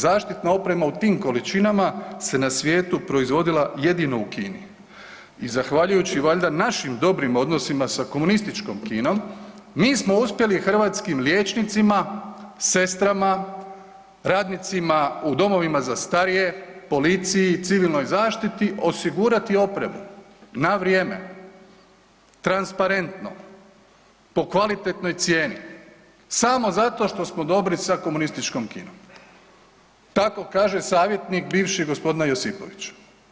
Zaštitna oprema u tim količinama se na svijetu proizvodila jedino u Kini i zahvaljujući valjda našim dobrim odnosima sa komunističkom Kinom, mi smo uspjeli hrvatskim liječnicima, sestrama, radnicima u domovima za starije, policiji, civilnoj zaštiti osigurati opremu na vrijeme, transparentno po kvalitetnoj cijeni samo zato što smo dobri sa komunističkom Kinom, tako kaže savjetnik bivši gospodina Josipovića.